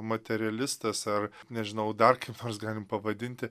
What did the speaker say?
materialistas ar nežinau dar kaip nors galim pavadinti